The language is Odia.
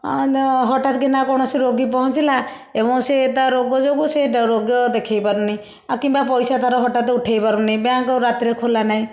ଅ ତ ହଟାତ୍ କିନା କୌଣସି ରୋଗୀ ପହଞ୍ଚିଲା ଏବଂ ସେ ତା ରୋଗ ଯୋଗୁଁ ସେ ତା ରୋଗ ଦେଖାଇ ପାରୁନି ଆଉ କିମ୍ୱା ପଇସା ତାର ହଟାତ୍ ଉଠାଇ ପାରୁନି ବ୍ୟାଙ୍କ ରାତିରେ ଖୋଲା ନାହିଁ